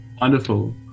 Wonderful